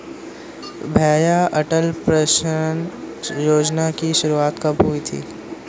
भैया अटल पेंशन योजना की शुरुआत कब हुई थी?